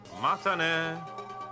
Matane